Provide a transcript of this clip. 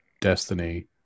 Destiny